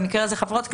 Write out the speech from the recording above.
במקרה הזה חברות כנסת,